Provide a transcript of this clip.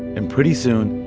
and pretty soon,